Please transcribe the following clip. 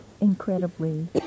incredibly